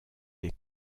des